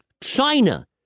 China